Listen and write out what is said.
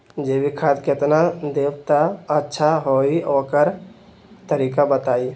जैविक खाद केतना देब त अच्छा होइ ओकर तरीका बताई?